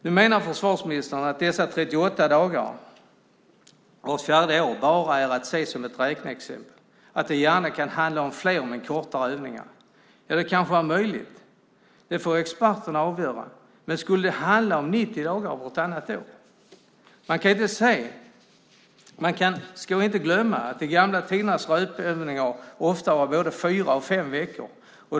Nu menar försvarsministern att dessa 38 dagar vart fjärde år bara är att se som ett räkneexempel, att det gärna kan handla om fler men kortare övningar. Det kanske är möjligt. Det får experterna avgöra. Skulle det handla om 90 dagar vartannat år? Man kan inte veta. Vi ska inte glömma att de gamla tidernas repövningar ofta var både fyra och fem veckor.